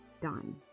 done